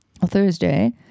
Thursday